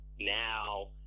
now